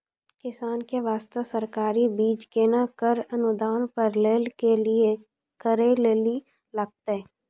किसान के बास्ते सरकारी बीज केना कऽ अनुदान पर लै के लिए की करै लेली लागतै?